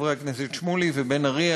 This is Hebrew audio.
חברי הכנסת שמולי ובן ארי,